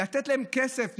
לתת להם כסף,